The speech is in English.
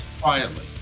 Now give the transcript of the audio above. Quietly